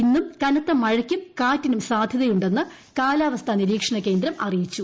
ഇന്നും കനത്ത മഴയ്ക്കും കാറ്റിനും സാധ്യതയുണ്ടെന്ന് കാലാവസ്ഥാ നിരീക്ഷണകേന്ദ്രം അറിയിച്ചു